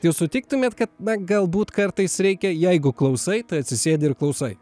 jūs sutiktumėt kad na galbūt kartais reikia jeigu klausai tai atsisėdi ir klausai